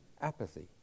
apathy